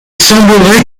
semblerait